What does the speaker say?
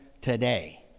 today